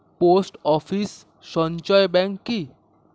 Post office সঞ্চয় bank কি?